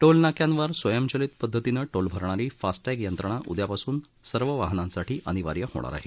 टोलनाक्यांवर स्वयंचलित पद्धतीनं टोल भरणारी फास्टॅग यंत्रणा उदयापासून सर्व वाहनांसाठी अनिवार्य होणार आहे